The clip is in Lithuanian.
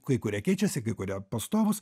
kai kurie keičiasi kai kurie pastovūs